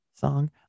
song